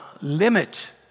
limit